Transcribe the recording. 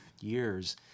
years